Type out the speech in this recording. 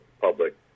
public